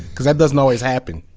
because that doesn't always happen.